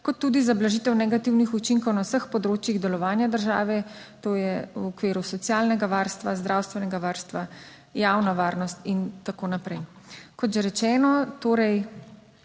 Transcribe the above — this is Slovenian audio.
kot tudi za blažitev negativnih učinkov na vseh področjih delovanja države. To je v okviru socialnega varstva, zdravstvenega varstva, javna varnost in tako naprej. Kot že rečeno, torej,